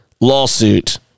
lawsuit